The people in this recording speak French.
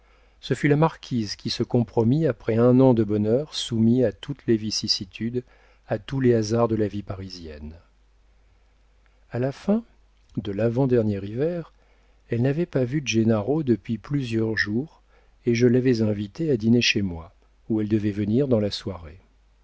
ce fut la marquise qui se compromit après un an de bonheur soumis à toutes les vicissitudes à tous les hasards de la vie parisienne a la fin de l'avant-dernier hiver elle n'avait pas vu gennaro depuis plusieurs jours et je l'avais invité à dîner chez moi où elle devait venir dans la soirée